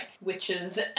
witches